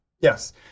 yes